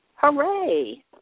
Hooray